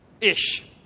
ish